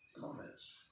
Comments